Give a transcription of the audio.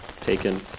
taken